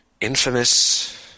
Infamous